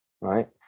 Right